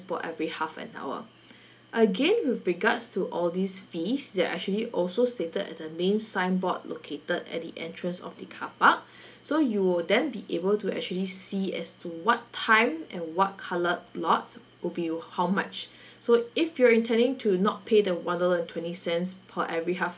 for every half an hour again with regards to all these fees they're actually also stated the main signboard located at the entrance of the carpark so you will then be able to actually see as to what time and what coloured lots would be how much so if you're intending to not pay the one dollar and twenty cents per every half